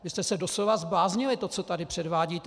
Vy jste se doslova zbláznili, to, co tu předvádíte!